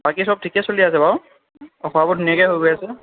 বাকী সব ঠিকে চলি আছে বাৰু খোৱা বোৱা ধুনীয়াকৈ হৈ গৈ আছে